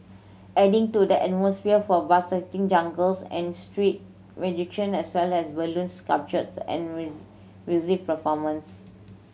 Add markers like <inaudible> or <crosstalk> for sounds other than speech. adding to the atmosphere were buskers jugglers and street magician as well as balloon sculptures and <unintelligible> music performance